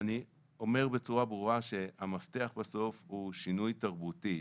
אני אומר בצורה ברורה שהמפתח שבסוף המפתח הוא שינוי תרבותי,